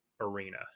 arena